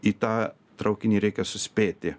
į tą traukinį reikia suspėti